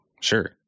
Sure